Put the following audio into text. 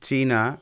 चीना